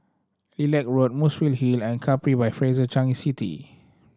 Lilac Road Muswell Hill and Capri by Fraser Changi City